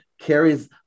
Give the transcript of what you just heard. carries